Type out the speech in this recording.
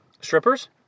Strippers